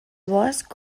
bosc